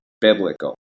biblical